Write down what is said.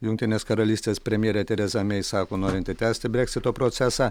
jungtinės karalystės premjerė tereza mei sako norinti tęsti breksito procesą